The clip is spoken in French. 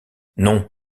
non